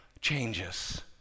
changes